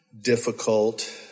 difficult